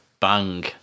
bang